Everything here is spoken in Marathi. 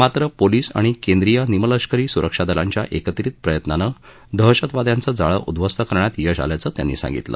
माव्र पोलीस आणि केंद्रीय निमलष्करी सुरक्षा दलांच्या एकत्रित प्रयत्नानं दहशतवाद्यांचं जाळं उद्धस्त करण्यात यश आल्याचं त्यांनी सांगितलं